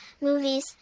movies